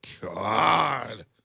God